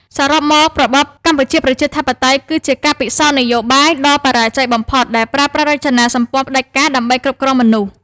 សរុបមក របបកម្ពុជាប្រជាធិបតេយ្យគឺជាការពិសោធន៍នយោបាយដ៏បរាជ័យបំផុត ដែលប្រើប្រាស់រចនាសម្ព័ន្ធផ្ដាច់ការដើម្បីគ្រប់គ្រងមនុស្ស។